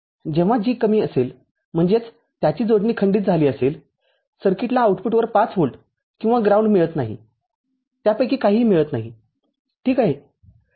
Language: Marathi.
जेव्हा G कमी असेल म्हणजेच त्याची जोडणी खंडीत झाली असेल सर्किटला आऊटपुटवर ५ व्होल्ट किंवा ग्राउंड मिळत नाही त्यापैकी काहीही मिळत नाही ठीक आहे